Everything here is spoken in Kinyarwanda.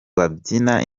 babyina